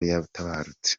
yatabarutse